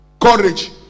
Courage